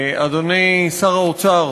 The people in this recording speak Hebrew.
אדוני שר האוצר